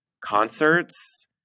concerts